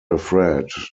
afraid